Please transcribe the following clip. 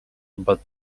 but